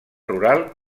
rural